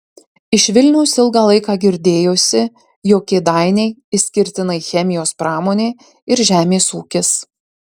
iš vilniaus ilgą laiką girdėjosi jog kėdainiai išskirtinai chemijos pramonė ir žemės ūkis